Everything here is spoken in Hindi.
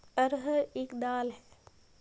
अरहर एक दाल है